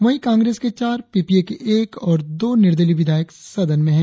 वहीं कांग्रेस के चार पीपीए के एक और दो निर्दलीय विधायक सदन में है